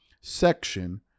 section